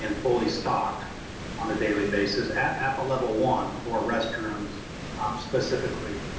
and fully stocked on a daily basis. at appa level i for restrooms um specifically,